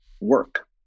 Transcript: work